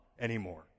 anymore